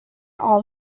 all